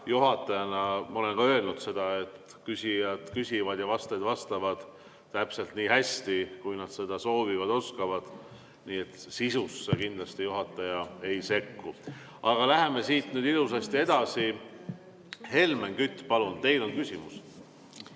juhatajana ma olen ka öelnud seda, et küsijad küsivad ja vastajad vastavad täpselt nii hästi, kui nad soovivad ja oskavad. Sisusse juhataja kindlasti ei sekku. Aga läheme siit ilusasti edasi. Helmen Kütt, palun, teil on küsimus!